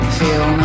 feel